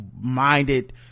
minded